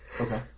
Okay